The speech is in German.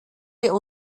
wir